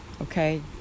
okay